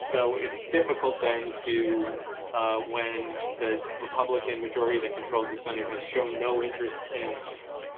so it's difficult then to ah when the republican majority that controls the senate has shown no interest in